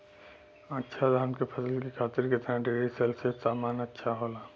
अच्छा धान क फसल के खातीर कितना डिग्री सेल्सीयस तापमान अच्छा होला?